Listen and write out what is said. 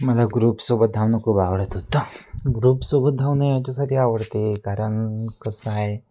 मला ग्रुपसोबत धावणं खूप आवडत होतं ग्रुपसोबत धावणं याच्यासाठी आवडते कारण कसं आहे